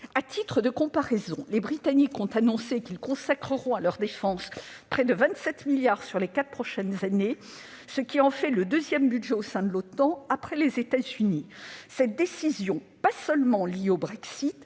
À titre de comparaison, les Britanniques ont annoncé qu'ils consacreront à leur défense près de 27 milliards d'euros sur les quatre prochaines années, ce qui en fait le deuxième contributeur budgétaire au sein de l'OTAN, après les États-Unis. Cette décision, qui n'est pas seulement liée au Brexit,